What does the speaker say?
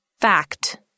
Fact